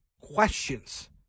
questions